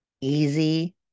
easy